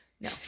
No